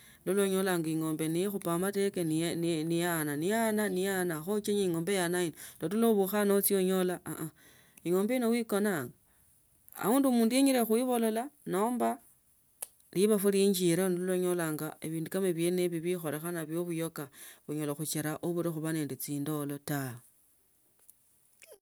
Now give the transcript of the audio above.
Nolwa onyolanga ing’ombe nikhupanga amatoke neana neana neana kho ochenyia ing; ombe yeana hii toto nobukha nochia onyola aha ing’ombe ino ne ikonanga aundi omundu yengile khuibolala nomba libofu linjiremo noonolanga wbindu koma wbiene ibo bikholekhana bia buyeka binyala khuchira obula khuba nende chindolo tawe.